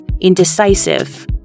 indecisive